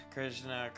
Krishna